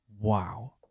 wow